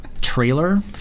trailer